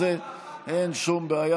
אין שום בעיה.